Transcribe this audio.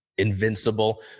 invincible